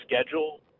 schedule